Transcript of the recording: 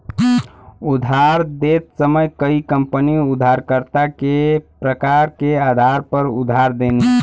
उधार देत समय कई कंपनी उधारकर्ता के प्रकार के आधार पर उधार देनी